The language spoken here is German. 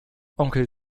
onkel